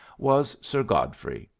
was sir godfrey.